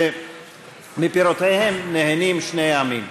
שמפירותיו נהנים שני העמים.